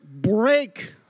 break